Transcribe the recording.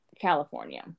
california